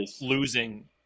losing